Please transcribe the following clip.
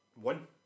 one